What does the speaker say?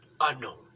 unknown